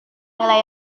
nilai